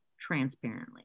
transparently